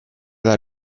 alla